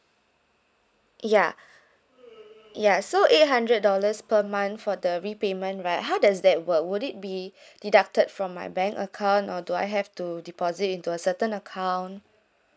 ya ya so eight hundred dollars per month for the repayment right how does that work would it be deducted from my bank account or do I have to deposit into a certain account